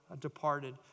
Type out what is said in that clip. departed